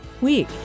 week